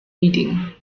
reading